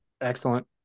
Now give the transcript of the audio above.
Excellent